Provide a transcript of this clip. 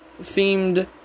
themed